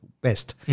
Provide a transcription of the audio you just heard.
best